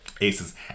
Aces